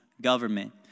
government